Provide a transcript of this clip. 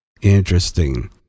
interesting